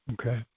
Okay